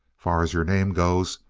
far as your name goes,